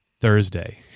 Thursday